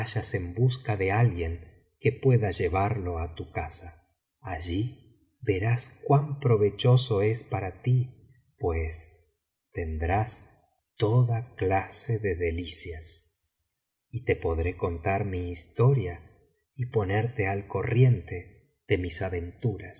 en busca de alguien que pueda llevarlo á tu casa allí verás cuan provechoso es para ti pues tendrás toda clase de delicias y te podré contar mi historia y ponerte al corriente de mis aventuras